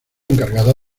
encargada